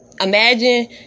Imagine